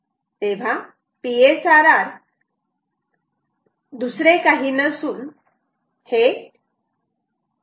तेव्हा PSRR दुसरे काही नसून हे आहे